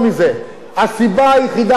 הסיבה היחידה שהוא לא עובר,